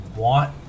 want